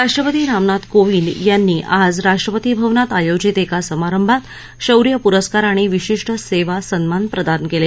राष्ट्रपती रामनाथ कोविंद यांनी आज राष्ट्रपती भवनात आयोजित एका समारंभात शौर्य पुरस्कार आणि विशिष्ट सेवा सन्मान प्रदान केले